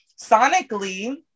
sonically